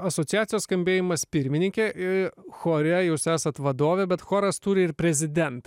asociacija skambėjimas pirmininkė ir chore jūs esat vadovė bet choras turi ir prezidentą